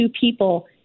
people